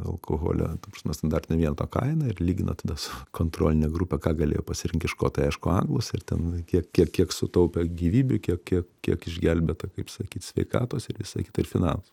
alkoholio ta prasme standartinio vieneto kainą ir lygina tada su kontroline grupe ką galėjo pasirinkti škotai aišku anglus ir ten kiek kiek kiek sutaupė gyvybių kiek kiek kiek išgelbėta kaip sakyt sveikatos ir visa kita ir finansų